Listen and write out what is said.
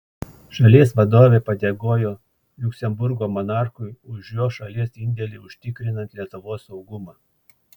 šalies vadovė padėkojo liuksemburgo monarchui už jo šalies indėlį užtikrinant lietuvos saugumą